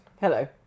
Hello